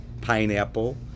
pineapple